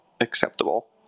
acceptable